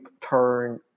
turn